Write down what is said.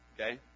Okay